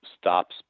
stops